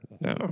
No